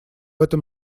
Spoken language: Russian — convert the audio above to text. этом